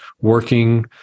working